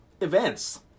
events